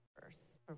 first